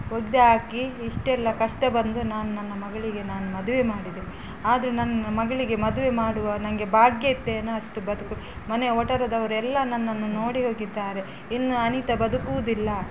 ಒಗ್ದು ಹಾಕಿ ಇಷ್ಟೆಲ್ಲ ಕಷ್ಟ ಬಂದು ನಾನು ನನ್ನ ಮಗಳಿಗೆ ನಾನು ಮದುವೆ ಮಾಡಿದೆ ಆದರೆ ನನ್ನ ಮಗಳಿಗೆ ಮದುವೆ ಮಾಡುವ ನನ್ಗೆ ಭಾಗ್ಯ ಇತ್ತೇನು ಅಷ್ಟು ಬದುಕು ಮನೆ ವಠಾರದವರೆಲ್ಲ ನನ್ನನ್ನು ನೋಡಿ ಹೋಗಿದ್ದಾರೆ ಇನ್ನು ಅನಿತ ಬದುಕುವುದಿಲ್ಲ